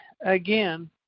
Again